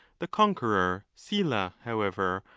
the conqueror sylla, however,